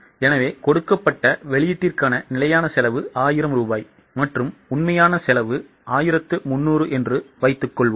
எனவே கொடுக்கப்பட்ட வெளியீட்டிற்கான நிலையான செலவு 1000 ரூபாய் மற்றும் உண்மையான செலவு 1300 என்று வைத்துக்கொள்வோம்